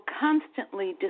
constantly